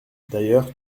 d’ailleurs